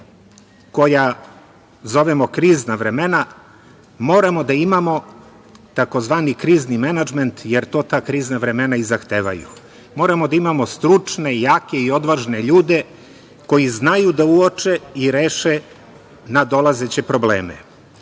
koja zovemo krizna vremena, moramo da imamo tzv. krizni menadžment, jer to ta krizna vremena i zahtevaju. Moramo da imamo stručne, jake i odvažne ljude koji znaju da uoče i reše nadolazeće probleme.